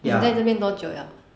ya